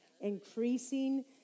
increasing